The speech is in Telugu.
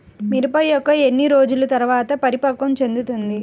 మిరప మొక్క ఎన్ని రోజుల తర్వాత పరిపక్వం చెందుతుంది?